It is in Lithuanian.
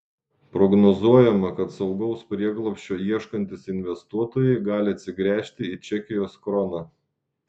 prognozuojama kad saugaus prieglobsčio ieškantys investuotojai gali atsigręžti į čekijos kroną